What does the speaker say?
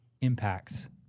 impacts